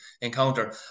encounter